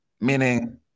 meaning